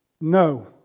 No